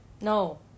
No